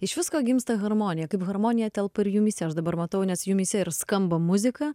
iš visko gimsta harmonija kaip harmonija telpa ir jumyse aš dabar matau nes jumyse ir skamba muzika